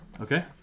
Okay